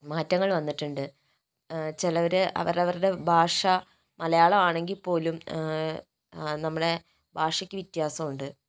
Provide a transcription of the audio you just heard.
മാറ്റങ്ങൾ വന്നിട്ടുണ്ട് ചിലവര് അവരവരുടെ ഭാഷ മലയാളമാണെങ്കിൽ പോലും നമ്മുടെ ഭാഷയ്ക്ക് വ്യത്യാസമുണ്ട്